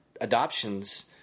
adoptions